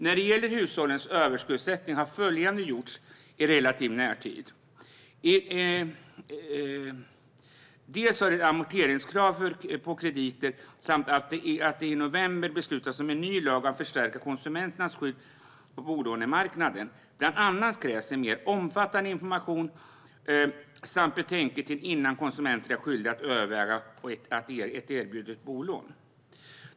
När det gäller hushållens överskuldsättning har följande gjorts i relativ närtid: Dels har det införts ett amorteringskrav på krediter, dels beslutades i november om en ny lag för att förstärka konsumenternas skydd på bolånemarknaden. Bland annat krävs en mer omfattande information samt betänketid innan konsumenten är skyldig att överväga ett erbjudet bolån.